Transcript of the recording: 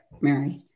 Mary